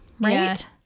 right